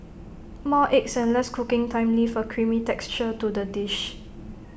more eggs and less cooking time leave A creamy texture to the dish